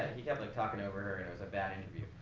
and he kept like talking over her, and it was a bad interview.